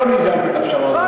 אני לא ניהלתי את הפשרה הזאת.